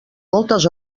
moltes